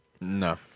No